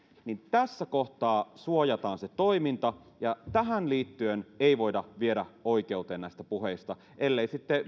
niin tässä kohtaa suojataan se toiminta ja tähän liittyen ei voida viedä oikeuteen näistä puheista ellei sitten